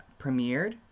premiered